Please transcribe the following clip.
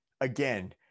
again